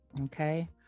Okay